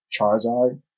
charizard